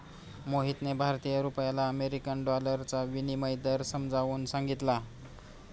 मोहितने भारतीय रुपयाला अमेरिकन डॉलरचा विनिमय दर समजावून सांगितला